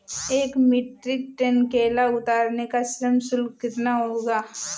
एक metric tonne केला उतारने का श्रम शुल्क कितना होगा?